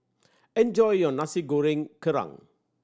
enjoy your Nasi Goreng Kerang